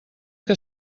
que